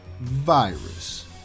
Virus